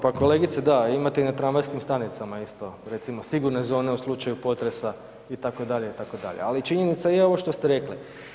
Pa kolegice da, imate i na tramvajskim stanicama isto recimo sigurne zone u slučaju potresa itd., itd., ali činjenica je ovo što ste rekli.